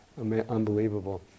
Unbelievable